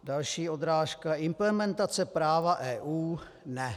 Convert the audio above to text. Další odrážka, implementace práva EU: Ne.